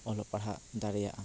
ᱚᱞᱚᱜ ᱯᱟᱲᱦᱟᱣ ᱫᱟᱲᱮᱭᱟᱜᱼᱟ